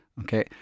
Okay